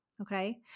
okay